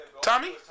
Tommy